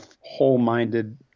whole-minded